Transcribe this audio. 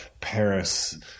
Paris